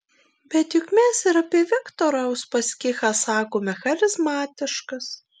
bet juk mes ir apie viktorą uspaskichą sakome charizmatiškas